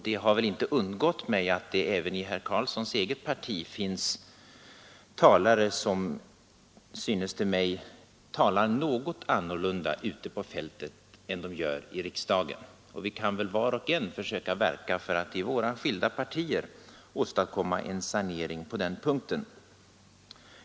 Det har inte undgått mig att det även i herr Carlssons eget parti finns medlemmar som talar något annorlunda ute på fältet än i riksdagen! Vi kan väl var och en försöka verka för att i våra skilda partier åstadkomma en sanering på den punkten.